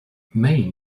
main